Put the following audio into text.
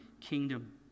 kingdom